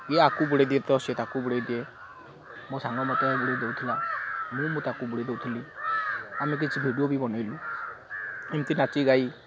ୟେ ଆକୁ ବୁଡ଼େଇ ଦିଏ ତ ସେ ତାକୁ ବୁଡ଼େଇ ଦିଏ ମୋ ସାଙ୍ଗ ମତେ ବୁଡ଼େଇ ଦଉଥିଲା ମୁଁ ତାକୁ ବୁଡ଼େଇ ଦଉଥିଲି ଆମେ କିଛି ଭିଡ଼ିଓ ବି ବନେଇଲୁ ଏମିତି ନାଚି ଗାଇ